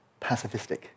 pacifistic